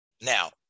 Now